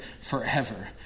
forever